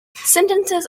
sentences